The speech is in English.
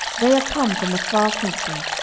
they are come from a far country,